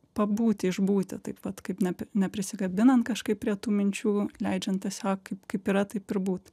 pabūti išbūti taip pat kaip nep neprisikabinant kažkaip prie tų minčių leidžiant tiesiog kaip kaip yra taip ir būt